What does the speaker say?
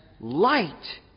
light